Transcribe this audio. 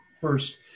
first